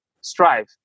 strive